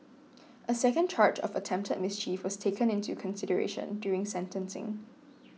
a second charge of attempted mischief was taken into consideration during sentencing